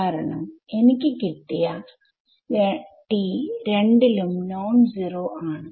കാരണം എനിക്ക് ഇവിടെ കിട്ടിയ T രണ്ടിലും നോൺ സീറോ ആണ്